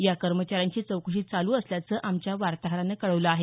या कर्मचाऱ्यांची चौकशी चालू असल्याचं आमच्या वार्ताहरानं कळवलं आहे